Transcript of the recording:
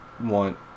want